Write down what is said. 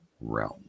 realm